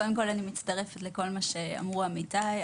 אני מצטרפת לכל מה שאמרו עמיתיי.